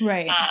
Right